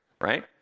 right